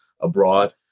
abroad